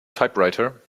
typewriter